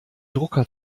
drucker